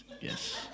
Yes